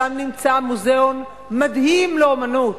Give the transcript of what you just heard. שם נמצא מוזיאון מדהים לאמנות